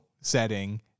setting